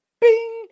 Bing